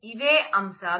ఇవే అంశాలు